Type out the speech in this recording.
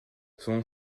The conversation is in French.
son